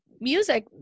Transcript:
music